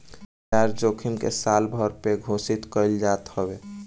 बाजार जोखिम के सालभर पे घोषित कईल जात हवे